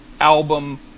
album